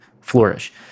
flourish